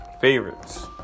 Favorites